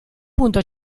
punto